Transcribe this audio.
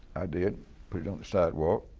i did. put it on the sidewalk.